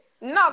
No